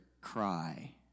cry